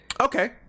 Okay